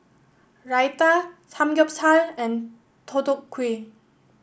Raita Samgyeopsal and Deodeok Gui